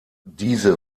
diese